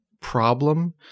problem